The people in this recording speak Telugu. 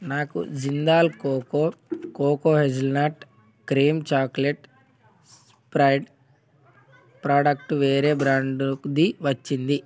నాకు Jindal cocoa cocoa hazelnut cream chocolate spread product వేరే బ్రాండ్ది వచ్చింది